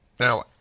Now